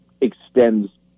extends